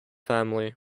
family